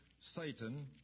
Satan